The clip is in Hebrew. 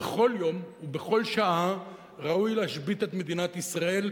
בכל יום ובכל שעה ראוי להשבית את מדינת ישראל,